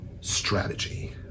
strategy